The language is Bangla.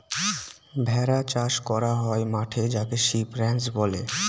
ভেড়া চাষ করা হয় মাঠে যাকে সিপ রাঞ্চ বলে